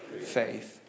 faith